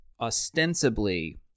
Ostensibly